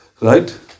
Right